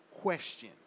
question